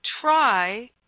try